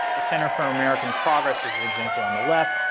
the center for american progress as an example on the left.